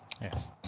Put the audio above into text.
Yes